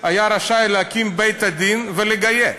היה רשאי להקים בית-דין ולגייר.